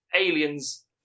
Aliens